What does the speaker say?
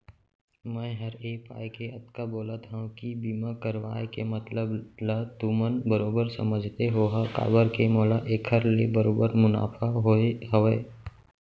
मैं हर ए पाय के अतका बोलत हँव कि बीमा करवाय के मतलब ल तुमन बरोबर समझते होहा काबर के मोला एखर ले बरोबर मुनाफा होय हवय